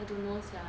I don't know sia